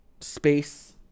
space